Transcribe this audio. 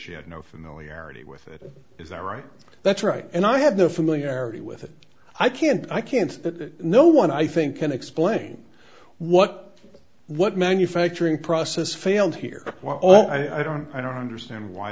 she had no familiarity with it is that right that's right and i have no familiarity with it i can't i can't say that no one i think can explain what what manufacturing process failed here what all i don't i don't understand why